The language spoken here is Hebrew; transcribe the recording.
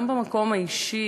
גם במקום האישי,